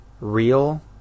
real